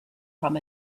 from